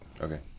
okay